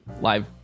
live